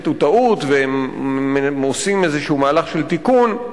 הוא טעות והם עושים איזה מהלך של תיקון.